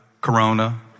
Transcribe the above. corona